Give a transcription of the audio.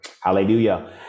Hallelujah